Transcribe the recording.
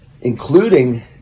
including